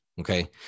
okay